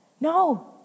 No